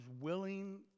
willing